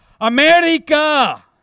America